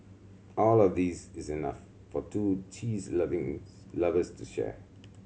all of these is enough for two cheese loving's lovers to share